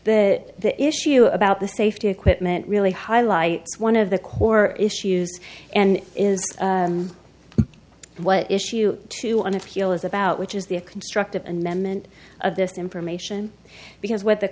that the issue about the safety equipment really highlights one of the core issues and is what issue to an appeal is about which is the a constructive and memon of this information because what the